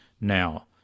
now